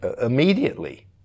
immediately